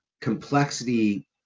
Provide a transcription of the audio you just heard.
complexity